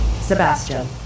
Sebastian